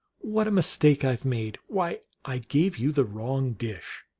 what a mistake i ve made! why, i gave you the wrong dish.